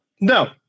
No